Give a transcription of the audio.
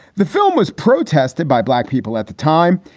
the film was protested by black people at the time.